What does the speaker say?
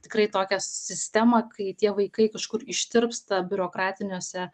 tikrai tokią sistemą kai tie vaikai kažkur ištirpsta biurokratiniuose